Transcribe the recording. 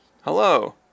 Hello